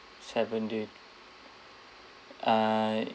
seven day uh